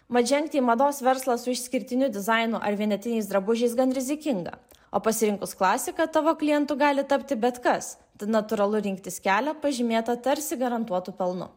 mat žengti į mados verslą su išskirtiniu dizainu ar vienetiniais drabužiais gan rizikinga o pasirinkus klasiką tavo klientu gali tapti bet kas tad natūralu rinktis kelią pažymėtą tarsi garantuotu pelnu